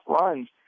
runs